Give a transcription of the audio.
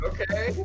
Okay